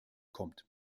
kommt